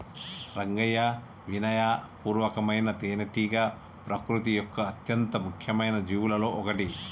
రంగయ్యా వినయ పూర్వకమైన తేనెటీగ ప్రకృతి యొక్క అత్యంత ముఖ్యమైన జీవులలో ఒకటి